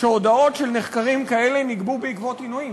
שהודאות של נחקרים כאלה נגבו בעקבות עינויים.